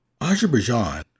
Azerbaijan